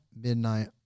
midnight